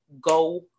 go